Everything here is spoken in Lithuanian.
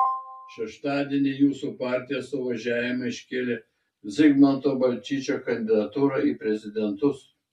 šeštadienį jūsų partija suvažiavime iškėlė zigmanto balčyčio kandidatūrą į prezidentus